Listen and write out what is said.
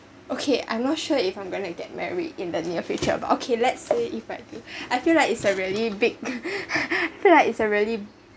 okay I'm not sure if I'm going to get married in the near future about okay let's say if I I feel like it's a really big feel like it's a really